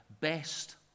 best